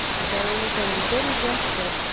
though they little guessed it,